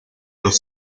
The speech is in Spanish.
los